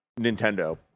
Nintendo